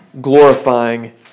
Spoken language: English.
glorifying